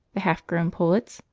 the half-grown pullets,